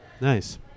nice